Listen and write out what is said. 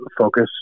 focus